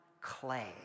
clay